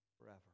forever